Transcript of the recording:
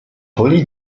polis